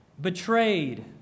betrayed